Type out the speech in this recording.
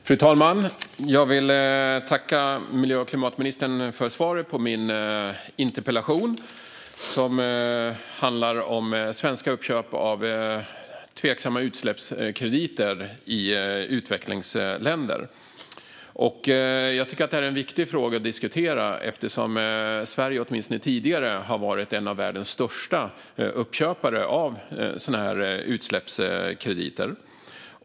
Fru talman! Jag vill tacka miljö och klimatministern för svaret på min interpellation som handlar om svenska uppköp av tveksamma utsläppskrediter i utvecklingsländer. Jag tycker att detta är en viktig fråga eftersom Sverige åtminstone tidigare har varit en av världens största uppköpare av utsläppskrediter.